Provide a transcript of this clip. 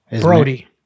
Brody